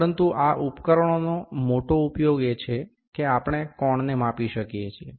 પરંતુ આ ઉપકરણોનો મોટો ઉપયોગ એ છે કે આપણે કોણને માપી શકીએ છીએ